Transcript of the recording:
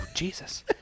Jesus